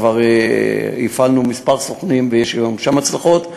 כבר הפעלנו כמה סוכנים ויש גם שם הצלחות.